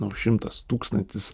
nu šimtas tūkstantis